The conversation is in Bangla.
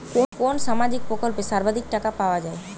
কোন সামাজিক প্রকল্পে সর্বাধিক টাকা পাওয়া য়ায়?